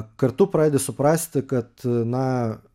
kartu pradedi suprasti kad na